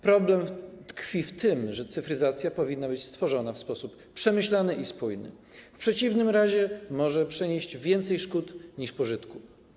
Problem tkwi w tym, że cyfryzacja powinna być wprowadzana w sposób przemyślany i spójny, w przeciwnym razie może przynieść więcej szkód niż pożytku.